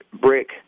brick